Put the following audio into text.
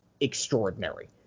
Extraordinary